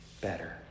better